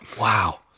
Wow